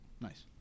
Nice